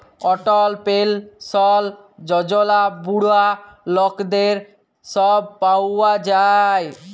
অটল পেলসল যজলা বুড়া লকদের ছব পাউয়া যায়